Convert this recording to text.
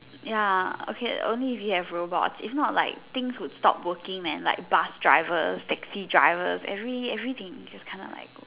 ya okay only if we have robots if not like things would stop working and like bus drivers taxi drivers every everything just kind of like go